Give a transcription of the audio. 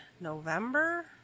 November